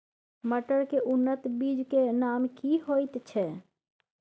मटर के उन्नत बीज के नाम की होयत ऐछ?